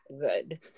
good